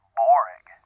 boring